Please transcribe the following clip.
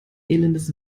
elendes